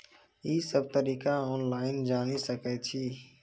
ई सब तरीका ऑनलाइन जानि सकैत छी?